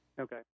Okay